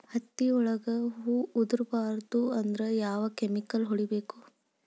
ಹತ್ತಿ ಒಳಗ ಹೂವು ಉದುರ್ ಬಾರದು ಅಂದ್ರ ಯಾವ ಕೆಮಿಕಲ್ ಹೊಡಿಬೇಕು?